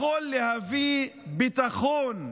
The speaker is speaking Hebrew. שיכול להביא ביטחון,